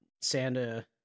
Santa